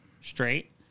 straight